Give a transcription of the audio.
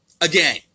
Again